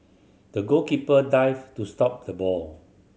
the goalkeeper dived to stop the ball